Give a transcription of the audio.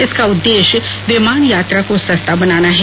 इसका उद्देश्य विमान यात्रा को सस्ता बनाना है